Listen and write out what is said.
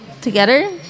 together